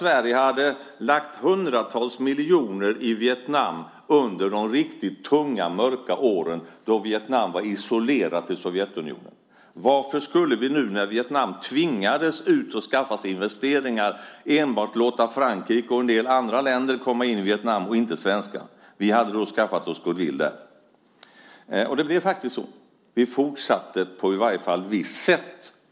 Sverige hade lagt hundratals miljoner i Vietnam under de riktigt tunga, mörka år då Vietnam var isolerat under Sovjetunionens inflytande. Varför skulle vi då, när Vietnam tvingades ut och skaffa sig investeringar, låta enbart Frankrike och en del andra länder komma in i Vietnam, medan Sverige inte skulle vara med? Vi hade då skaffat oss goodwill där. Och vi fortsatte med biståndet, åtminstone på vissa sätt.